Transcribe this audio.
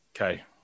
okay